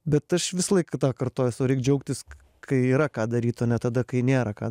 bet aš visą laiką tą kartojuos o reik džiaugtis kai yra ką daryt o ne tada kai nėra ką